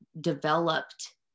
developed